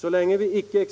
Så länge icke